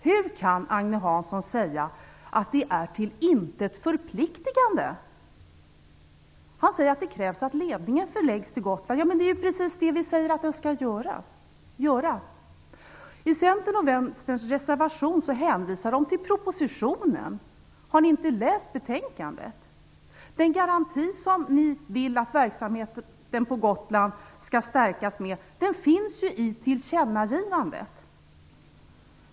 Hur kan Agne Hansson säga att det är till intet förpliktigande? Han säger att det krävs att ledningen förläggs till Gotland. Det ju är precis det vi säger att den skall! I Centerns och Vänsterns reservation hänvisas till propositionen. Har ni i Centern och Vänstern inte läst betänkandet? Den garanti som ni vill att verksamheten på Gotland skall förstärkas med finns i tillkännagivandet.